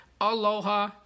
Aloha